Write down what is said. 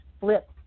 flip